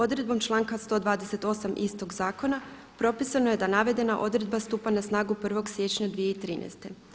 Odredbom članka 128. istog zakona propisano je da navedena odredba stupa na snagu 1. siječnja 2013.